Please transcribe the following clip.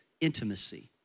intimacy